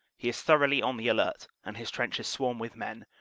he is thoroughly on the alert and his trenches swarm with men,